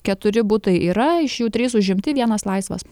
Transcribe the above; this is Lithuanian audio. keturi butai yra iš jų trys užimti vienas laisvas